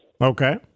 Okay